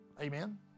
Amen